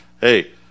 Hey